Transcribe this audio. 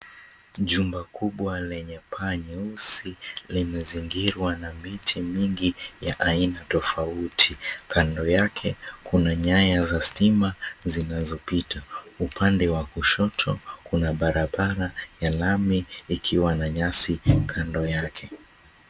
Jumba kubwa lenye paa nyeusi limezingirwa na miti mingi ya aina tofauti. Kando yake kuna nyaya za stima zinazopita. Upande wa kushoto kuna barabara ya lami ikiwa na nyasi kando yake.